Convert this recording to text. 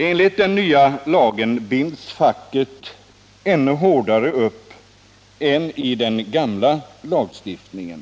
Enligt den nya lagen binds facket upp ännu hårdare än i den gamla lagstiftningen.